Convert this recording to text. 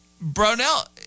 Brownell